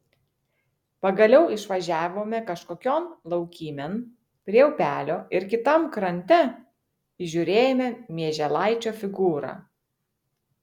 pagaliau išvažiavome kažkokion laukymėn prie upelio ir kitam krante įžiūrėjome mieželaičio figūrą